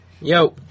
Yo